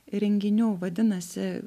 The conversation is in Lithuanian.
renginių vadinasi